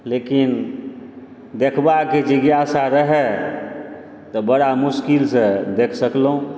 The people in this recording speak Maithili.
लेकिन देखबाके जिज्ञासा रहय तऽ बड़ा मुश्किलसँ देख सकलहुँ